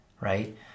right